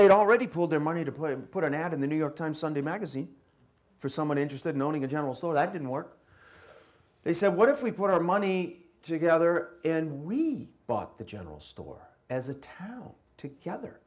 they'd already pulled their money to put in put an ad in the new york times sunday magazine for someone interested in owning a general store that didn't work they said what if we put our money together and we bought the general store as a town together